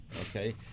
okay